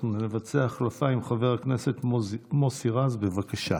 אנחנו נבצע החלפה עם חבר הכנסת מוסי רז, בבקשה,